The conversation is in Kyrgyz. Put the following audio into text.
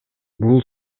бул